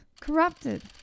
Corrupted